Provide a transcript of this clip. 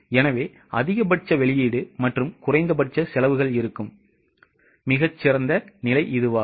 எனவே அதிகபட்ச வெளியீடு மற்றும் குறைந்தபட்ச செலவுகள் இருக்கும் மிகச் சிறந்த நிலை இதுவாகும்